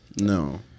No